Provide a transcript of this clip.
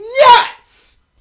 Yes